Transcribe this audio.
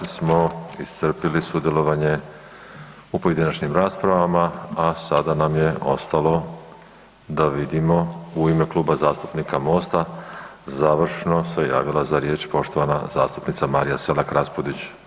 Na ovaj način smo iscrpili sudjelovanje u pojedinačnim raspravama, a sada nam je ostalo da vidimo u ime Kluba zastupnika Mosta završno se javila za riječ poštovana zastupnica Marija Selak Raspudić.